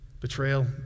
betrayal